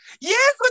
Yes